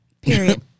Period